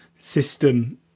system